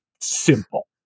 simple